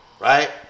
right